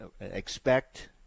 expect